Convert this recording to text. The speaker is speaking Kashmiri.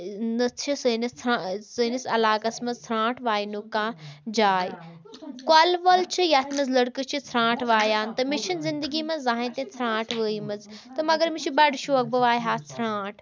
نہٕ چھِ سٲنِس ژھ سٲنِس علاقَس منٛز ژھرٛانٛٹھ واینُک کانٛہہ جاے کۄل وۄل چھِ یَتھ منٛز لٔڑکہٕ چھِ ژھرٛانٛٹھ وایان تہٕ مےٚ چھِنہٕ زِندگی منٛز زَہنۍ تہِ ژھرٛانٛٹھ وٲیمٕژ تہٕ مگر مےٚ چھِ بَڑٕ شوق بہٕ واے ہا ژھرانٛٹھ